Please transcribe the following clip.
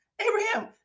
Abraham